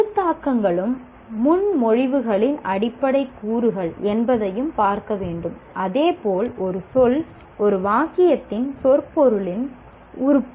கருத்தாக்கங்களும் முன்மொழிவுகளின் அடிப்படை கூறுகள் என்பதையும் பார்க்க வேண்டும் அதேபோல் ஒரு சொல் ஒரு வாக்கியத்தின் சொற்பொருளின் உறுப்பு